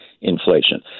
inflation